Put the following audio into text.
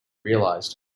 realized